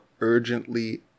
urgently